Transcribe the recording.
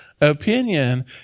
opinion